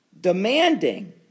demanding